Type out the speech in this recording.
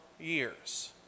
years